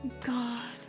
God